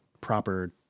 proper